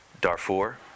Darfur